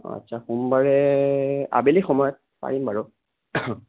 আচ্ছা সোমবাৰে আবেলি সময়ত পাৰিম বাৰু